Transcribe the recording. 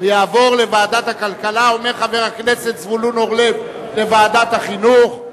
אומר חבר הכנסת זבולון אורלב, לוועדת החינוך.